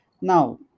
now